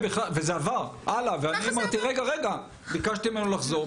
-- ואני אמרתי, רגע, רגע, וביקשתי ממנו לחזור.